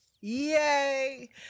yay